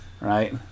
Right